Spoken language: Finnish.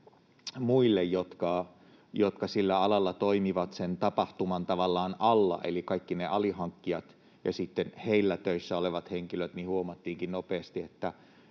muille, jotka sillä alalla toimivat tavallaan sen tapahtuman alla, eli kaikille niille alihankkijoille ja sitten heillä töissä oleville henkilöille, niin huomattiinkin nopeasti, että